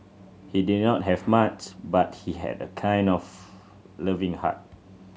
he did not have much but he had a kind of loving heart